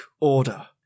Order